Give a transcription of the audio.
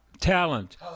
Talent